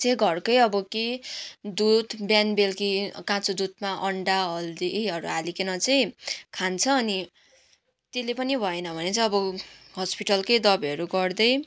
चाहिँ घरकै अब कि दुध बिहान बेलुकी काँचो दुधमा अन्डा हर्दीहरू हालिकन चाहिँ खान्छ अनि त्यसले पनि भएन भने चाहिँ अब हस्पिटलकै दबाईहरू गर्दै